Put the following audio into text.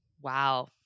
Wow